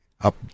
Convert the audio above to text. up